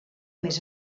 més